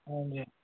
ਹਾਂਜੀ